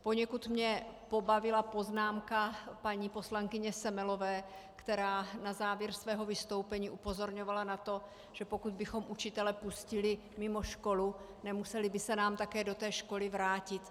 Poněkud mě pobavila poznámka paní poslankyně Semelové, která na závěr svého vystoupení upozorňovala, že pokud bychom učitele pustili mimo školu, nemuseli by se nám také do té školy vrátit.